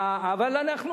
רחמנות.